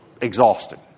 exhausted